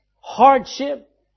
hardship